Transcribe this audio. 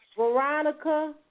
Veronica